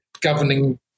governing